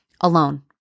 alone